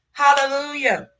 hallelujah